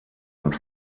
und